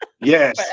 Yes